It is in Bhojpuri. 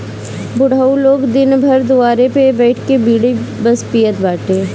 बुढ़ऊ लोग दिन भर दुआरे पे बइठ के बीड़ी बस पियत बाटे